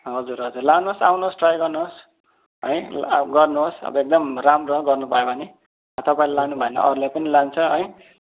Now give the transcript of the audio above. हजुर हजुर लानुहोस् आउनुहोस् ट्राई गर्नुहोस् है गर्नुहोस् अब एकदम राम्रो गर्नुभयो भने तपाईँले लानुभयो भने अरूले पनि लान्छ है